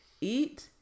eat